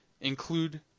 include